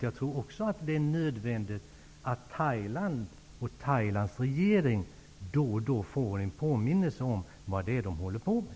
Jag tror också att det är nödvändigt att Thailand och dess regering då och då får en påminnelse om vad de håller på med.